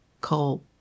Cole